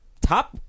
top